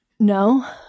No